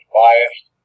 biased